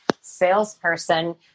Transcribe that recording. salesperson